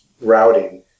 routing